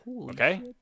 Okay